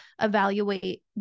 evaluate